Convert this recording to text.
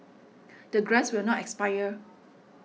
the grants will not expire